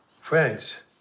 Friends